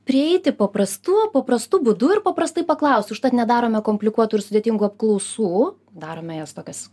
prieiti paprastu paprastu būdu ir paprastai paklausti užtat nedarome komplikuotų ir sudėtingų apklausų darome jas tokias